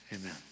Amen